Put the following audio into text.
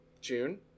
June